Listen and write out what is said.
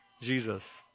Jesus